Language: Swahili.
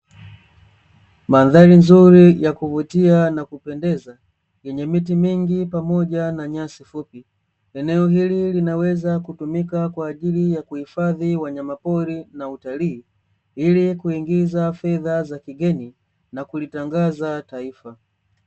Mandhari nzuri ya kuvutia na kupendeza yenye miti mingi pamoja na nyasi fupi. Eneo hili linaweza kutumika kwa ajili ya kuhifadhi wanyamapori na utalii, ili kuingiza fedha za kigeni na kulitangaza taifa.